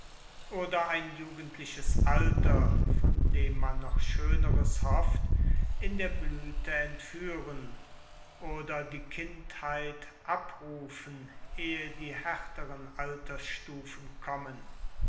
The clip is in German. oder ein jugendliches alter von dem man noch schöneres hofft in der blüthe entführen oder die kindheit abrufen ehe die härteren altersstufen kommen